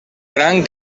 gran